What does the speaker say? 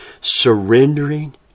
Surrendering